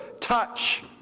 touch